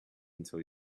until